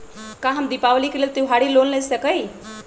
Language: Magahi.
का हम दीपावली के लेल त्योहारी लोन ले सकई?